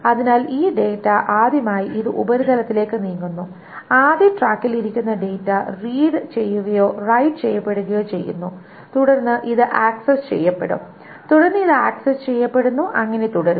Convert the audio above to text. അതിനാൽ ഈ ഡാറ്റ ആദ്യമായി ഇത് ഉപരിതലത്തിലേക്ക് നീങ്ങുന്നു ആദ്യ ട്രാക്കിൽ ഇരിക്കുന്ന ഡാറ്റ റീഡ് ചെയ്യുകയോ റൈറ്റ് ചെയ്യപ്പെടുകയോ ചെയ്യുന്നു തുടർന്ന് ഇത് ആക്സസ് ചെയ്യപ്പെടും തുടർന്ന് ഇത് ആക്സസ് ചെയ്യപ്പെടുന്നു അങ്ങനെ തുടരുന്നു